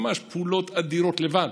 ממש פעולות אדירות, לבד,